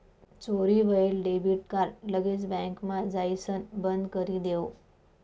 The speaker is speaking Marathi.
चोरी व्हयेल डेबिट कार्ड लगेच बँकमा जाइसण बंदकरी देवो